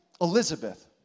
Elizabeth